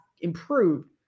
improved